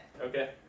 Okay